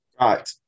right